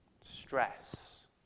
Stress